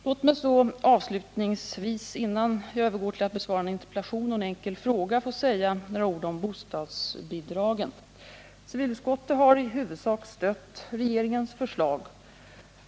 Låt mig så avslutningsvis, innan jag övergår till att besvara en interpellation och en fråga, säga några ord om bostadsbidragen. Civilutskottet har i huvudsak stött regeringens förslag.